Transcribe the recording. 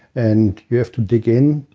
and you have to dig in.